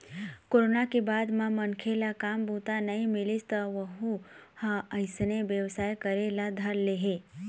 corona के बाद म मनखे ल काम बूता नइ मिलिस त वहूँ ह अइसने बेवसाय करे ल धर ले हे